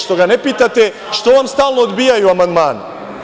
Što ga ne pitate što vam stalno odbijaju amandmane?